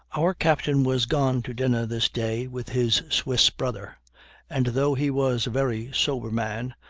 our captain was gone to dinner this day with his swiss brother and, though he was a very sober man,